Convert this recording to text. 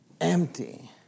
empty